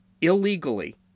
illegally